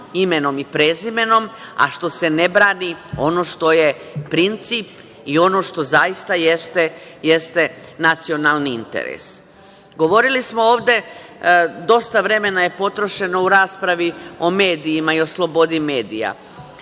imenom i prezimenom, a što se ne brani ono što je princip i ono što zaista jeste nacionalni interes. Dosta vremena je potrošeno u raspravi o medijima i sloboda medija.